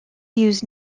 use